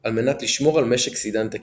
על מנת לשמור על משק סידן תקין,